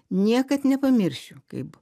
niekad nepamiršiu kaip